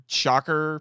shocker